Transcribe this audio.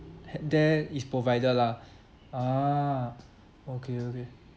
ha~ there is provided lah ah okay okay